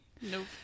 Nope